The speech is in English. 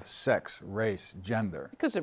sex race gender because it